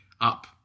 up